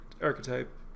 archetype